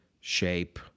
shape